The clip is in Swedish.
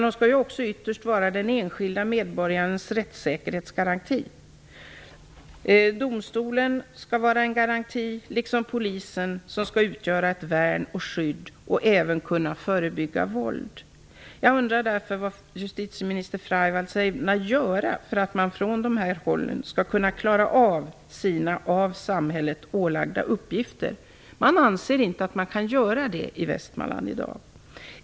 De skall ju ytterst också vara den enskilde medborgarens rättssäkerhetsgaranti. Domstolen skall vara en garanti - liksom polisen, som skall utgöra ett värn och skydd och som även skall kunna förebygga våld. Jag undrar därför vad justitieminister Freivalds ämnar göra för att man på nämnda håll skall kunna klara av sina av samhället ålagda uppgifter. Man anser sig inte kunna göra det i Västmanland i dag.